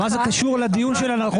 --- אבל מה זה קשור לדיון שלנו?